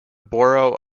borough